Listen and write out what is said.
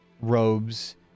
robes